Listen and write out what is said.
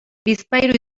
bizpahiru